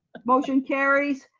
but motion carries.